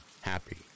happy